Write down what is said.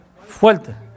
Fuerte